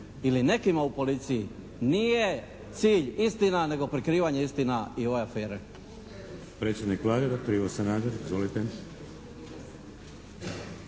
ili nekima u policiji nije cilj istina nego prikrivanje istine i ove afere?